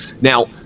Now